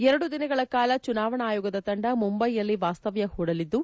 ಎರಡು ದಿನಗಳ ಕಾಲ ಚುನಾವಣಾ ಆಯೋಗದ ತಂಡ ಮುಂಬಯಿಯಲ್ಲಿ ವಾಸ್ತವ್ಯ ಹೂಡಲಿದ್ದು